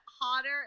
hotter